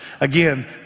again